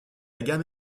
gamme